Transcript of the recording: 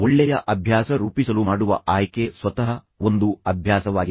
ಒಳ್ಳೆಯ ಅಭ್ಯಾಸ ರೂಪಿಸಲು ಮಾಡುವ ಆಯ್ಕೆ ಸ್ವತಃ ಒಂದು ಅಭ್ಯಾಸವಾಗಿದೆ